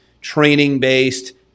training-based